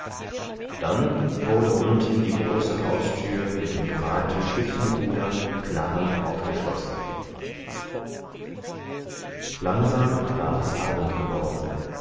dann wurde unten die große haustür mit dem gemalten schützenbruder knarrend aufgeschlossen langsam war es abend geworden